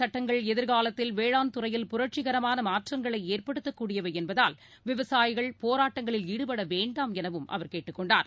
சட்டங்கள் எதிர்காலத்தில் வேளாண் துறையில் புரட்சிகரமான மாற்றங்களை இந்த ஏற்படுத்தக்கூடியவை என்பதால் விவசாயிகள் போராட்டங்களில் ஈடுபட வேண்டாம் எனவும் கேட்டுக் கொண்டார்